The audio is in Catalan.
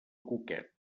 cuquet